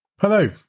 Hello